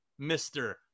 Mr